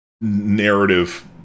narrative